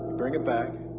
bring it back.